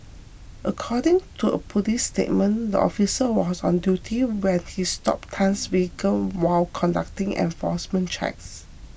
according to a police statement the officer was on duty when he stopped Tan's vehicle while conducting enforcement checks